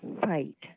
fight